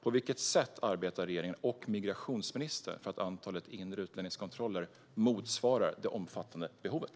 På vilket sätt arbetar regeringen och migrationsministern för att antalet inre utlänningskontroller ska motsvara det omfattande behovet?